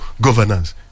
governance